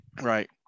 Right